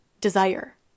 desire